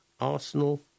Arsenal